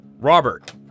Robert